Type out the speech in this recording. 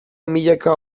milaka